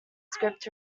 script